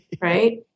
right